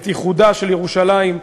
את איחודה של ירושלים,